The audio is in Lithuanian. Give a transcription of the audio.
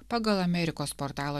pagal amerikos portalo